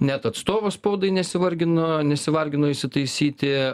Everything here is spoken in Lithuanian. net atstovas spaudai nesivargino nesivargino įsitaisyti